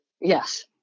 Yes